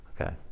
okay